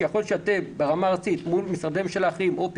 שיכול להיות שאתם ברמה הארצית מול משרדי הממשלה האחרים או מול